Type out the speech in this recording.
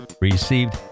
received